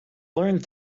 learned